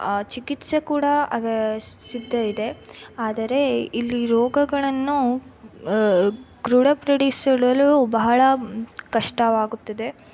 ಚಿಕಿತ್ಸೆ ಕೂಡ ಅದೆ ಸಿಗದೇ ಇದೆ ಆದರೆ ಇಲ್ಲಿ ರೋಗಗಳನ್ನು ದೃಢಪಡಿಸಲು ಬಹಳ ಕಷ್ಟವಾಗುತ್ತಿದೆ